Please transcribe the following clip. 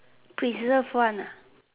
preserve one ah